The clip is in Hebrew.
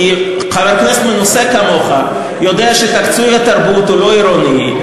כי חבר כנסת מנוסה כמוך יודע שתקציב התרבות הוא לא עירוני,